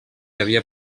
havia